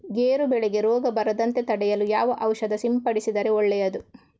ಗೇರು ಬೆಳೆಗೆ ರೋಗ ಬರದಂತೆ ತಡೆಯಲು ಯಾವ ಔಷಧಿ ಸಿಂಪಡಿಸಿದರೆ ಒಳ್ಳೆಯದು?